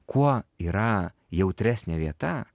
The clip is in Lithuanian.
kuo yra jautresnė vieta